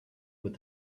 with